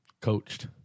coached